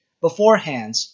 beforehand